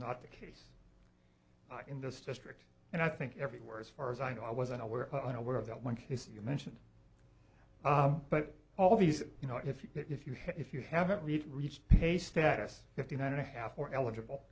not the case in this district and i think everywhere as far as i know i wasn't aware unaware of that one case you mentioned but all these you know if you if you if you haven't read reached pay status fifty nine and a half or eligible